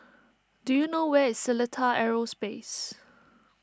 do you know where is Seletar Aerospace